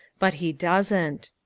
but he doesn't.